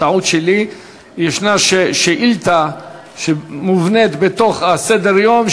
טעות שלי: יש שאילתה מובנית בתוך סדר-היום,